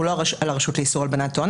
הוא לא על הרשות לאיסור הלבנת הון.